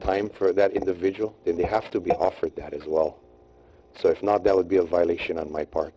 time for that individual and they have to be offered that as well so it's not that would be a violation on my part